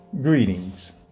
Greetings